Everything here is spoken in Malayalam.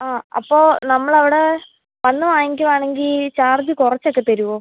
ആ അപ്പോൾ നമ്മളവിടെ വന്ന് വാങ്ങിക്കുകയാണെങ്കിൽ ചാർജ് കുറച്ചൊക്കെ തരുമോ